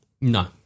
No